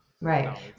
Right